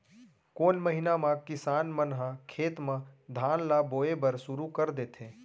कोन महीना मा किसान मन ह खेत म धान ला बोये बर शुरू कर देथे?